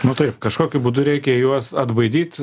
nu taip kažkokiu būdu reikia juos atbaidyti